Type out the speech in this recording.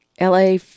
LA